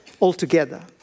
altogether